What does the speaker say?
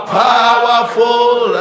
powerful